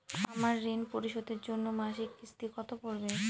আমার ঋণ পরিশোধের জন্য মাসিক কিস্তি কত পড়বে?